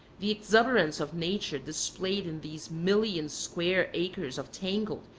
the exuberance of nature displayed in these million square acres of tangled,